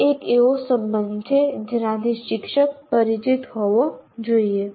તે એક એવો સંબંધ છે જેનાથી શિક્ષક પરિચિત હોવો જોઈએ